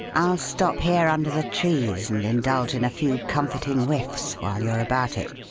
i'll stop here under the trees and indulge in a few comforting whiffs while you are about it.